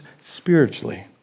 spiritually